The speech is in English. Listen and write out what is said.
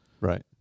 right